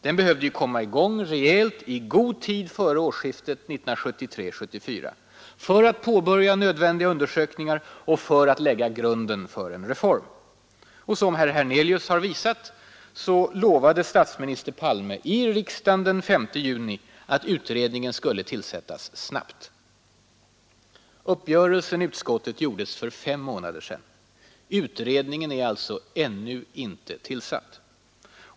Den behövde ju komma i gång i god tid före årsskiftet 1973—1974 för att påbörja nödvändiga undersökningar och för att lägga grunden för en reform. Och som herr Hernelius har visat, lovade statsminister Palme i riksdagen den 5 juni att utredningen skulle tillsättas ”snabbt”. Uppgörelsen i utskottet gjordes för fem månader sedan. Utredningen är alltså ännu inte tillsatt.